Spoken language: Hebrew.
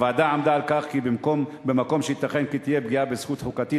הוועדה עמדה על כך שבמקום שייתכן כי תהיה פגיעה בזכות חוקתית,